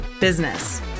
business